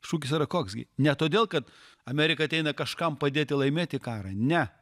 šūkis yra koks gi ne todėl kad amerika ateina kažkam padėti laimėti karą ne